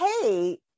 Hey